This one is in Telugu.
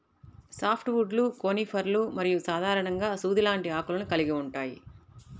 సాఫ్ట్ వుడ్లు కోనిఫర్లు మరియు సాధారణంగా సూది లాంటి ఆకులను కలిగి ఉంటాయి